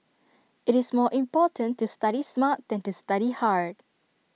IT is more important to study smart than to study hard